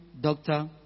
doctor